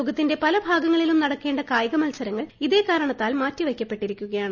ലോകത്തിന്റെ പല ഭാഗങ്ങളിലും നടക്കേണ്ട കായിക മത്സരങ്ങൾ ഇതേ കാരണത്താൽ മാറ്റി വയ്ക്കപ്പെട്ടിരിക്കുകയാണ്